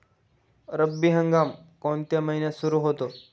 रब्बी हंगाम कोणत्या महिन्यात सुरु होतो?